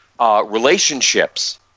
relationships